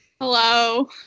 Hello